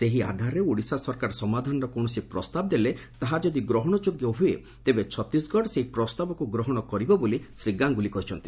ସେହି ଆଧାରରେ ଓଡ଼ିଶା ସରକାର ସମାଧାନର କୌଣସି ପ୍ରସ୍ତାବ ଦେଲେ ତାହା ଯଦି ଗ୍ରହଶଯୋଗ୍ୟ ହୁଏ ତେବେ ଛତିଶଗଡ ସେହି ପ୍ରସ୍ତାବକୁ ଗ୍ରହଶ କରିବ ବୋଲି ଶ୍ରୀ ଗାଙ୍ଗୁଲି କହିଛନ୍ତି